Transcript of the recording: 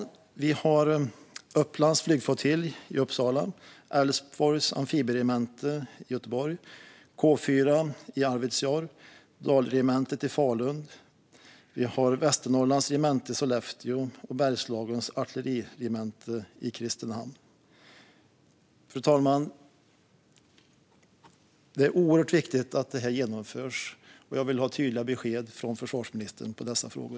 Det handlar om Upplands flygflottilj i Uppsala, Älvsborgs amfibieregemente i Göteborg, K 4 i Arvidsjaur, Dalregementet i Falun, Västernorrlands regemente i Sollefteå och Bergslagens artilleriregemente i Kristinehamn. Det är oerhört viktigt att detta genomförs, och jag vill ha tydliga besked från försvarsministern i dessa frågor.